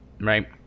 Right